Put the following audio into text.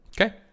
Okay